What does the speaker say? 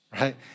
right